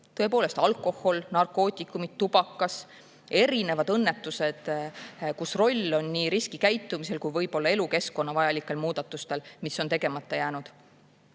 on] alkohol, narkootikumid, tubakas, erinevad õnnetused, kus roll on nii riskikäitumisel kui ka võib-olla elukeskkonna vajalikel muudatustel, mis on tegemata jäänud.